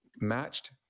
matched